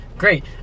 great